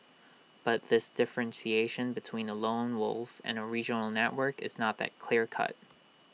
but this differentiation between A lone wolf and A regional network is not that clear cut